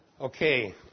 Okay